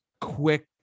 quick